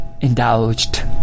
indulged